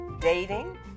dating